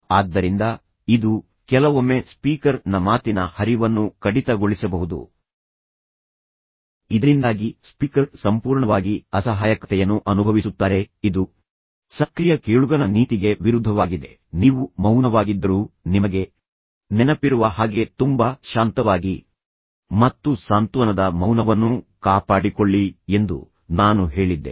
ಆದ್ದರಿಂದ ಇದು ಕೆಲವೊಮ್ಮೆ ಸ್ಪೀಕರ್ ನ ಮಾತಿನ ಹರಿವನ್ನು ಕಡಿತಗೊಳಿಸಬಹುದು ಇದು ಬೆದರಿಸುವಂತೆಯೂ ಆಗಬಹುದು ಇದರಿಂದಾಗಿ ಸ್ಪೀಕರ್ ಸಂಪೂರ್ಣವಾಗಿ ಅಸಹಾಯಕತೆಯನ್ನು ಅನುಭವಿಸುತ್ತಾರೆ ಇದು ಸಕ್ರಿಯ ಕೇಳುಗನ ನೀತಿಗೆ ವಿರುದ್ಧವಾಗಿದೆ ನೀವು ಮೌನವಾಗಿದ್ದರೂ ನಿಮಗೆ ನೆನಪಿರುವು ಹಾಗೆ ತುಂಬಾ ಶಾಂತವಾಗಿ ಮತ್ತು ಸಾಂತ್ವನದ ಮೌನವನ್ನು ಕಾಪಾಡಿಕೊಳ್ಳಿ ಎಂದು ನಾನು ಹೇಳಿದ್ದೆ